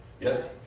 Yes